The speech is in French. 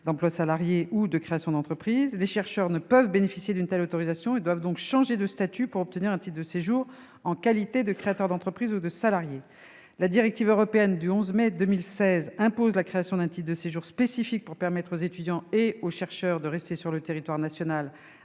d'emploi salarié ou de création d'entreprise. Les chercheurs ne peuvent bénéficier d'une telle autorisation et doivent donc changer de statut pour obtenir un titre de séjour en qualité de créateur d'entreprise ou de salarié. La directive européenne Étudiants-chercheurs du 11 mai 2016 impose la création d'un titre de séjour spécifique pour permettre aux étudiants et aux chercheurs de rester sur le territoire national